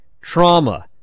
trauma